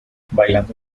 bailando